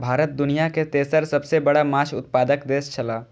भारत दुनिया के तेसर सबसे बड़ा माछ उत्पादक देश छला